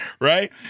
Right